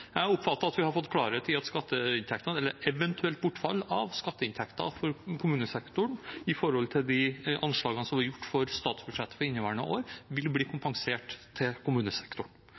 Jeg oppfatter at vi har fått klarhet i at eventuelt bortfall av skatteinntekter for kommunesektoren i forhold til de anslagene som var gjort for statsbudsjettet for inneværende år, vil bli kompensert til kommunesektoren.